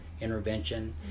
intervention